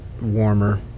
warmer